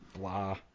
blah